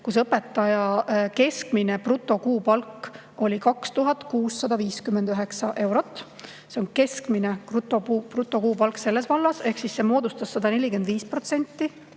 kus õpetaja keskmine brutokuupalk oli 2659 eurot. See on keskmine brutokuupalk selles vallas ehk see moodustas 145%